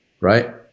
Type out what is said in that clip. right